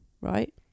right